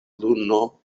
luno